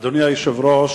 אדוני היושב-ראש,